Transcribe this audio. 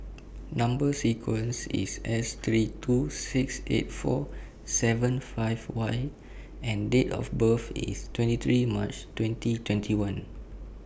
Number sequence IS S three two six eight four seven five Y and Date of birth IS twenty three March twenty twenty one